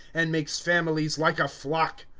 and makes families like a flock.